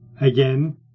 Again